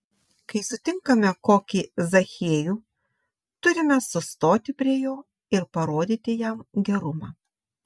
kai sutinkame kokį zachiejų turime sustoti prie jo ir parodyti jam gerumą